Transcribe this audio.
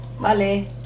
vale